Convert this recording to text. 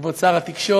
כבוד שר התקשורת,